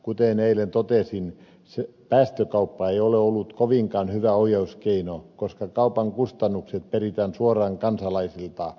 kuten eilen totesin päästökauppa ei ole ollut kovinkaan hyvä ohjauskeino koska kaupan kustannukset peritään suoraan kansalaisilta